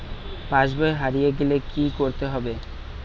পাশবই হারিয়ে গেলে কি করতে হবে?